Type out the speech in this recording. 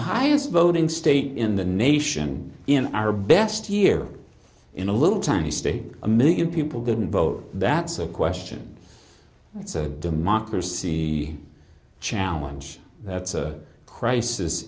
highest voting state in the nation in our best year in a little tiny state a million people didn't vote that's a question it's a democracy challenge that's a crisis